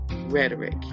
Rhetoric